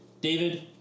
david